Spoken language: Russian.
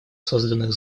созданных